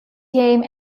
game